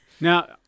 Now